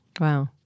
Wow